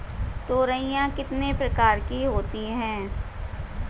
तोरियां कितने प्रकार की होती हैं?